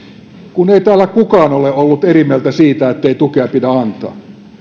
ei täällä kukaan ole ollut eri mieltä siitä ettei tukea pidä antaa